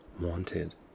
wanted